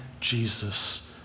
Jesus